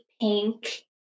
pink